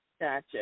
Gotcha